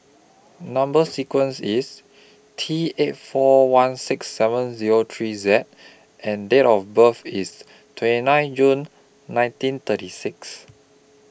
Number sequence IS T eight four one six seven Zero three Z and Date of birth IS twenty nine June nineteen thirty six